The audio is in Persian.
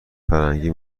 فرنگی